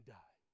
die